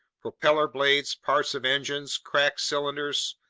propeller blades, parts of engines, cracked cylinders,